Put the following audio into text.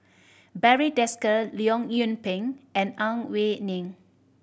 Barry Desker Leong Yoon Pin and Ang Wei Neng